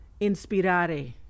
inspirare